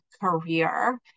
career